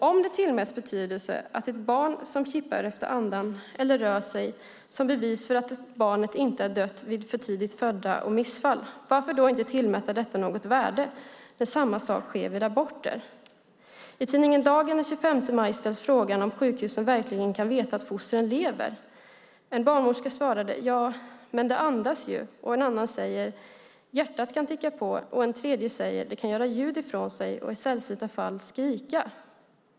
Om det tillmäts betydelse att ett barn som kippar efter andan eller rör sig som bevis för att barnet inte är dött vid för tidigt födda och missfall, varför då inte tillmäta detta något värde när samma sak sker vid aborter? I tidningen Dagen den 25 maj ställs frågan om sjukhusen verkligen kan veta att fostren lever. En barnmorska svarade: Ja, men det andas ju. En annan säger: Hjärtat kan ticka på. En tredje säger: Det kan ge ljud ifrån sig och i sällsynta fall skrika.